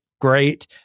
Great